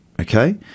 Okay